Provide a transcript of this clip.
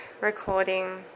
recording